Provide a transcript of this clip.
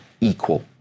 equal